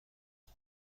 کنم